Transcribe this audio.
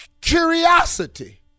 curiosity